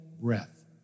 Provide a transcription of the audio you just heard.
breath